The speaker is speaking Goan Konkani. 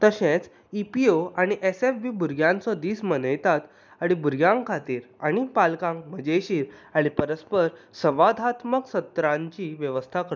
तशेंच ई पी ओ आनी एस एफ बी भुरग्यांचो दीस मनयतात आनी भुरग्यां खातीर आनी पालकांक मजेशीर आनी परस्पर संवादात्मक सत्रांची वेवस्था करतात